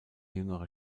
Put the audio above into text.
jüngere